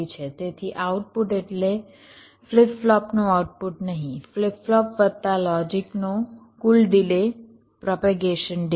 તેથી આઉટપુટ એટલે ફ્લિપ ફ્લોપનું આઉટપુટ નહીં ફ્લિપ ફ્લોપ વત્તા લોજિકનો કુલ ડિલે પ્રોપેગેશન ડિલે